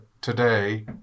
today